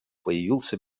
появился